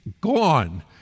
gone